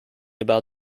about